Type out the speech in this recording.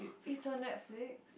it's on Netflix